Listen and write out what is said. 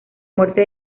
muerte